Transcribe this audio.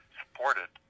supported